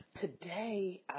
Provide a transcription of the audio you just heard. today